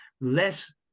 less